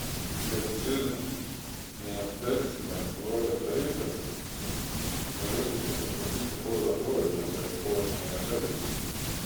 bet pirm nei aptarsime blogą taiką norėtųsi pasakyti porą žodžių apie puošniąją taiką